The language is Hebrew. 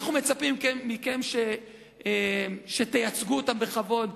אנחנו מצפים מכם שתייצגו אותם בכבוד.